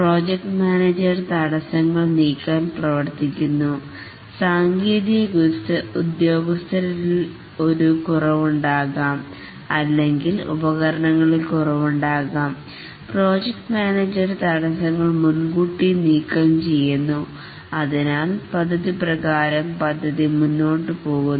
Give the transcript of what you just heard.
project manager തടസ്സങ്ങൾ നീക്കാൻ പ്രവർത്തിക്കുന്നു സാങ്കേതിക ഉദ്യോഗസ്ഥരിൽ ഒരു കുറവുണ്ടാകാം അല്ലെങ്കിൽ ഉപകരണങ്ങളിൽ കുറവുണ്ടാകാം പ്രോജക്റ്റ് മാനേജർ തടസ്സങ്ങൾ മുൻകൂട്ടി നീക്കംചെയ്യുന്നു അതിനാൽ പദ്ധതിപ്രകാരം പദ്ധതി മുന്നോട്ടു പോകുന്നു